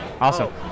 awesome